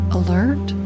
alert